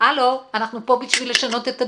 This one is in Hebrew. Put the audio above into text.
הלו, אנחנו פה בשביל לשנות את הדברים.